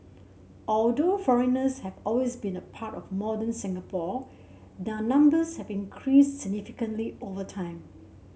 although foreigners have always been a part of modern Singapore their numbers have increased significantly over time